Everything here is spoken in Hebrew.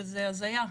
זאת הזיה.